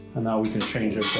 and now we can change